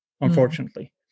unfortunately